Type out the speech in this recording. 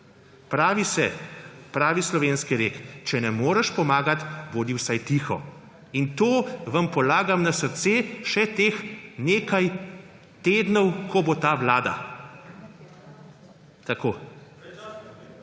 in meljete. Slovenski rek pravi: Če ne moreš pomagati, bodi vsaj tiho. In to vam polagam na srce še teh nekaj tednov, ko bo ta vlada. Tako.